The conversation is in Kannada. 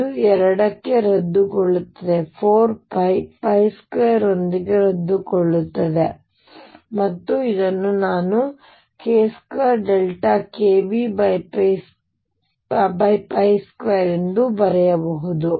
ಇದು 2 ಕ್ಕೆ ರದ್ದುಗೊಳ್ಳುತ್ತದೆ 4π 2 ರೊಂದಿಗೆ ರದ್ದುಗೊಳ್ಳುತ್ತದೆ ಮತ್ತು ಇದನ್ನು ನಾನು k2kV2 ಎಂದು ಬರೆಯಬಹುದು